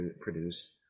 produce